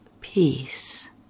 peace